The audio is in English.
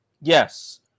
Yes